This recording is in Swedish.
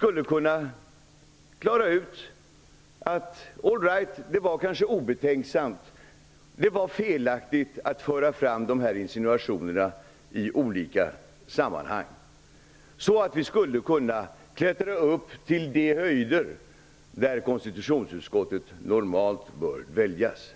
kan säga att det var obetänksamt och felaktigt att föra fram dessa insinuationer i olika sammanhang. Då skulle vi kunna klättra upp till de höjder där konstitutionsutskottet normalt bör dväljas.